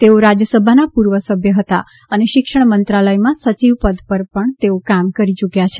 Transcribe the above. તેઓ રાજ્યસભાના પૂર્વ સભ્ય હતા અને શિક્ષણ મંત્રાલયમાં સચિવ પદ પર પણ તેઓ કામ કરી યૂક્યા છે